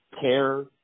care